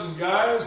guys